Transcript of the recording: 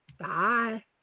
Bye